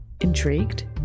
Intrigued